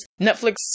Netflix